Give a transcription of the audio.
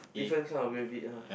different kind of gravy yeah